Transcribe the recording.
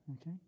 Okay